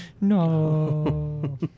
No